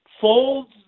folds